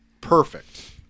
Perfect